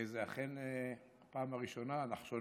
זו אכן הפעם הראשונה, הנחשונית,